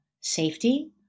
safety